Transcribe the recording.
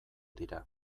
dira